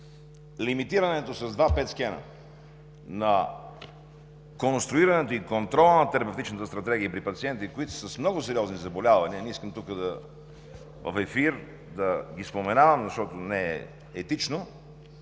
лимитирането с два PET скенера, на конструирането и контролът на терапевтичната стратегия при пациенти с много сериозни заболявания – не искам в ефир да ги споменавам, защото не е етично